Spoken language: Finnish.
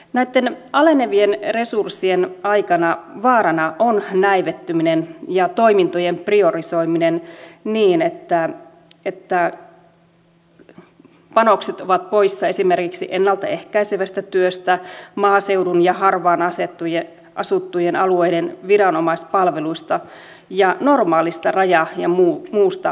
näitten alenevien resurssien aikana vaarana on näivettyminen ja toimintojen priorisoiminen niin että panokset ovat poissa esimerkiksi ennalta ehkäisevästä työstä maaseudun ja harvaan asuttujen alueiden viranomaispalveluista ja normaalista raja ja muusta valvonnasta